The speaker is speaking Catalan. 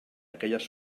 aquelles